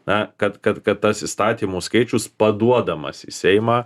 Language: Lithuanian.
na kad kad kad tas įstatymų skaičius paduodamas į seimą